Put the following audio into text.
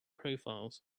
profiles